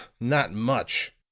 not much!